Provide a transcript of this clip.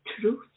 truth